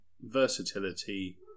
versatility